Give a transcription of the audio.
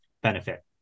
benefit